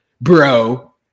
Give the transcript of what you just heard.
bro